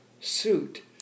suit